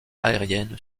aérienne